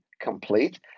complete